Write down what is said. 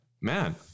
man